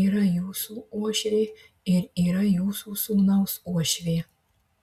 yra jūsų uošvė ir yra jūsų sūnaus uošvė